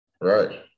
right